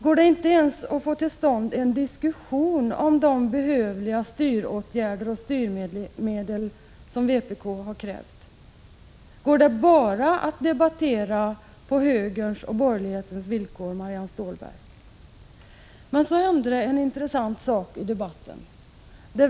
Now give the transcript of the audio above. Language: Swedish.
Går det inte ens att få till stånd en diskussion om de behövliga styrmedel som vpk har krävt? Går det bara att debattera på högerns och borgerlighetens villkor, Marianne Stålberg? Men så hände det en intressant sak i debatten.